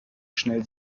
schnell